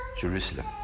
Jerusalem